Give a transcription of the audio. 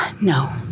No